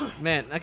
man